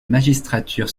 magistrature